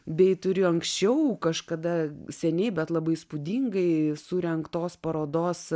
bei turi anksčiau kažkada seniai bet labai įspūdingai surengtos parodos